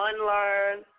unlearn